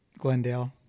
glendale